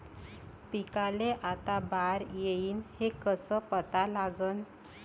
पिकाले आता बार येईन हे कसं पता लागन?